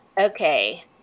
Okay